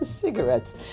cigarettes